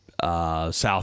South